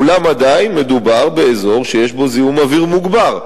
אולם עדיין מדובר באזור שיש בו זיהום אוויר מוגבר.